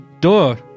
door